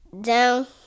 down